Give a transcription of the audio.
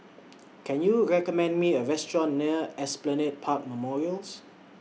Can YOU recommend Me A Restaurant near Esplanade Park Memorials